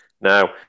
Now